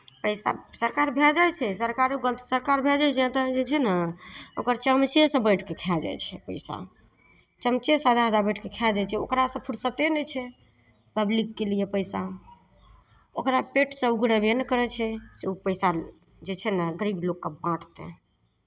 पैसा सरकार भेजै छै सरकारोके ग सरकार भेजै छै एतय जे छै ने ओकर चमचेसभ बैठि कऽ खाय जाइ छै पैसा चमचे सारा बैठि कऽ खा जाइ छै ओकरासँ फुरसते नहि छै पब्लिकके लिए पैसा ओकरा पेटसँ उगरबे नहि करै छै से ओ पैसा जे छै ने गरीब लोककेँ बाँटतै